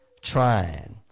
trying